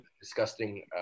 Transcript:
disgusting